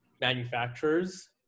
manufacturers